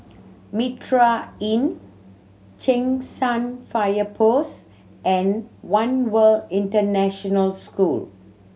Mitraa Inn Cheng San Fire Post and One World International School